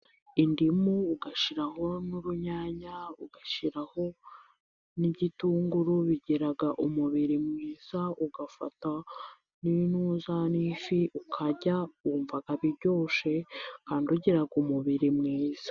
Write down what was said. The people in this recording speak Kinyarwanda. Indimu ugashiraho n'urunyanya, ugashyiraho n'igitunguru bigera mu umubiri mwiza ugafata n'ifi ukarya wumva biryoshye kandi ugira umubiri mwiza.